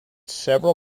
several